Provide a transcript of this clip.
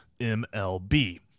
MLB